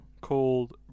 called